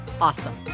awesome